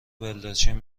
بلدرچین